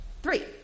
Three